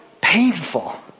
painful